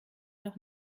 noch